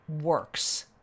works